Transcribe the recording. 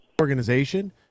organization